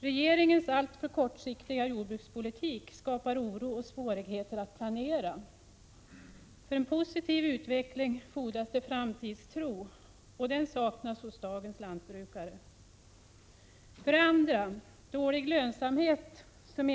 Regeringens alltför kortsiktiga jordbrukspolitik skapar oro och svårigheter när det gäller att planera. För en positiv utveckling fordras det en framtidstro, men dagens lantbrukare saknar en sådan. 2. Lönsamheten är dålig.